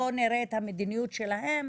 בואו נראה את המדיניות שלהם